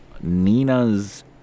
Nina's